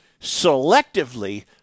selectively